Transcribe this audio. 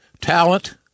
talent